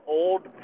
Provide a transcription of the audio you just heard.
old